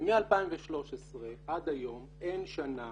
ומ-2013 עד היום אין שנה